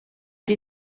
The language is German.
die